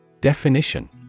Definition